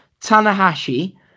Tanahashi